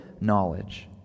knowledge